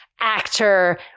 actor